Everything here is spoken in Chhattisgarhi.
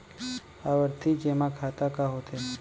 आवर्ती जेमा खाता का होथे?